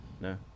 No